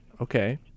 Okay